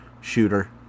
shooter